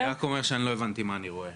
אני רק אומר שאני לא הבנתי מה אני רואה,